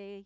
s